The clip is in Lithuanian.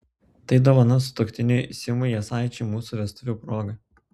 tai dovana sutuoktiniui simui jasaičiui mūsų vestuvių proga